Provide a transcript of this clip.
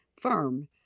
firm